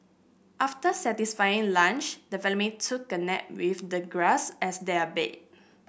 after satisfying lunch the family took a nap with the grass as their bed